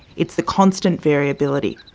it's the constant variability.